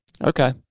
Okay